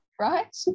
Right